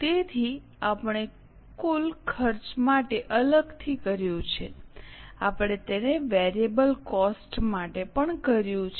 તેથી આપણે કુલ ખર્ચ માટે અલગથી કર્યું છે આપણે તેને વેરીએબલ કોસ્ટ માટે પણ કર્યું છે